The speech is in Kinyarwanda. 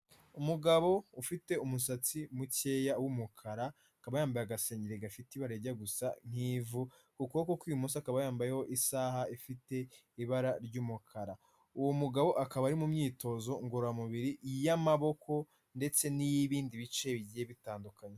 Umugabo ufite umusatsi mukeya w'umukara akaba yambaye agasengeri gafite ibara rijya gusa nk'ivu, ku kuboko kw'ibumoso akaba yambayeho isaha ifite ibara ry'umukara, uwo mugabo akaba ari mu myitozo ngororamubiri y'amaboko ndetse n'iy'ibindi bice bigiye bitandukanye.